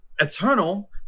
Eternal